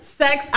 sex